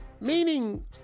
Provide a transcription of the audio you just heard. meaning